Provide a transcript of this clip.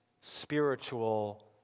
spiritual